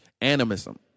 animism